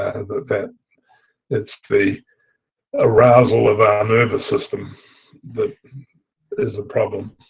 that it's the arousal of our nervous system that is the problem.